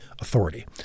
authority